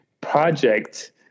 project